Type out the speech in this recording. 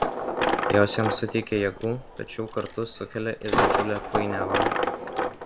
jos jam suteikia jėgų tačiau kartu sukelia ir didžiulę painiavą